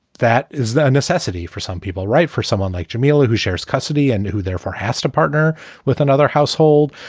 that is the necessity for some people, right? for someone like jamelia who shares custody and who therefore has to partner with another household,